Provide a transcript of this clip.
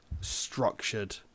structured